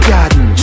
Garden